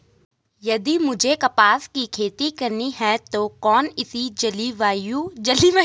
यदि मुझे कपास की खेती करनी है तो कौन इसी जलवायु अनुकूल होगी?